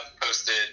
posted